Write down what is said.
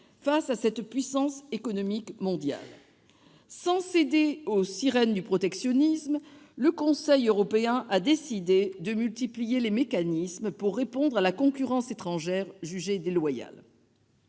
face à cette puissance économique mondiale. Sans céder aux sirènes du protectionnisme, le Conseil européen a décidé de multiplier les mécanismes pour répondre à la concurrence étrangère jugée déloyale.